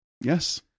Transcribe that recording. Yes